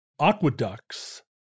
aqueducts